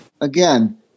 again